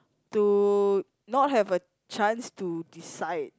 to not have a chance to decide